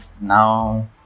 now